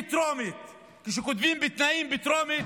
כשכותבים תנאים בטרומית,